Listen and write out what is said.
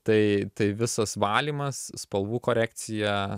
tai tai visas valymas spalvų korekcija